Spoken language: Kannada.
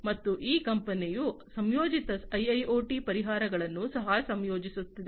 ಮತ್ತು ಈ ಕಂಪನಿಯು ಸಂಯೋಜಿತ ಐಐಓಟಿ ಪರಿಹಾರಗಳನ್ನು ಸಹ ಸಂಯೋಜಿಸುತ್ತಿದೆ